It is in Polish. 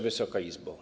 Wysoka Izbo!